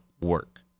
work